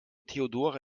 theodora